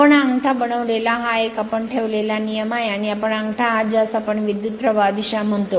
आपण हा अंगठा बनविलेला हा एक आपण ठेवलेला नियम आहे आणि आपण अंगठा आहात ज्यास आपण विद्युत प्रवाह दिशा म्हणतो